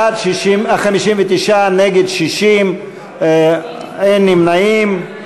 בעד, 59, נגד, 60, אין נמנעים.